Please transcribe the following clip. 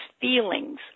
feelings